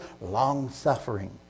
long-suffering